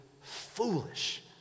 foolish